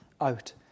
out